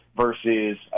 versus